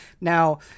Now